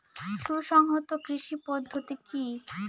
সুসংহত কৃষি পদ্ধতি কি?